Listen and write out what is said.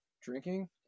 drinking